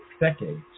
decades